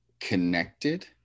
connected